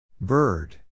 Bird